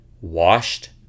washed